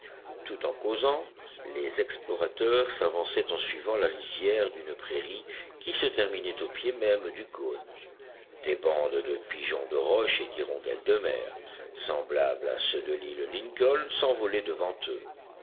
tout en causant les explorateurs s'avançaient en suivant la lisière d'une prairie qui se terminait au pied même du cône des bandes de pigeons de roche et d'hirondelles de mer semblables à ceux de l'île lincoln s'envolaient devant eux